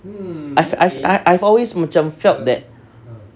I've I've I've always macam felt that